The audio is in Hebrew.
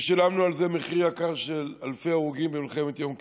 ושילמנו על זה מחיר יקר של אלפי הרוגים במלחמת יום הכיפורים.